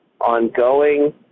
ongoing